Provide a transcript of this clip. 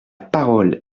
parole